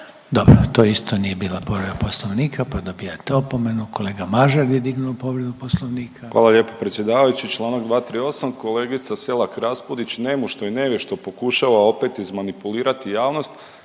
Dobro. To isto nije bila povreda Poslovnika pa dobivate opomenu. Kolega Mažar je dignuo povredu Poslovnika. **Mažar, Nikola (HDZ)** Hvala lijepo predsjedavajući. Čl. 238. Kolegica Selak Raspudić nemušto i nevješto pokušava opet izmanipulirati javnost